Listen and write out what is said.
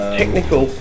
technical